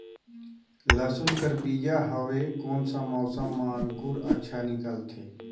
लसुन कर बीजा हवे कोन सा मौसम मां अंकुर अच्छा निकलथे?